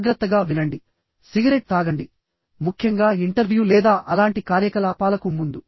జాగ్రత్తగా వినండి సిగరెట్ తాగండి ముఖ్యంగా ఇంటర్వ్యూ లేదా అలాంటి కార్యకలాపాలకు ముందు